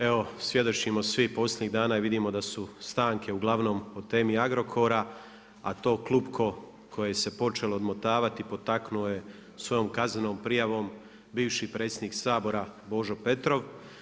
Evo, svjedočimo svi posljednjih dana i vidimo da su stanke ugl. o temi Agrokora, a to klupko koje se počelo odmotavati potaknulo je svojom kaznenom prijavom bivši predsjednik Sabora, Božo Petrov.